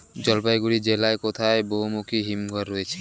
জলপাইগুড়ি জেলায় কোথায় বহুমুখী হিমঘর রয়েছে?